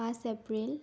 পাঁচ এপ্ৰিল